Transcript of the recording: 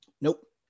Nope